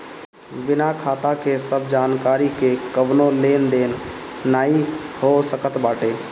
बिना खाता के सब जानकरी के कवनो लेन देन नाइ हो सकत बाटे